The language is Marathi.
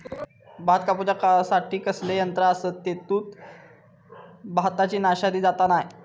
भात कापूच्या खाती कसले यांत्रा आसत आणि तेतुत भाताची नाशादी जाता काय?